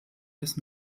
bis